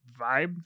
vibe